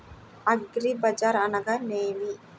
అగ్రిబజార్ అనగా నేమి?